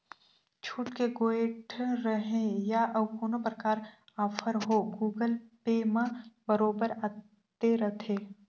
छुट के गोयठ रहें या अउ कोनो परकार आफर हो गुगल पे म बरोबर आते रथे